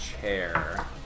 chair